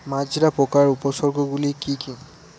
মাজরা পোকার উপসর্গগুলি কি কি?